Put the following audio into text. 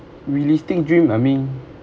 realistic dream I mean